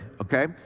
okay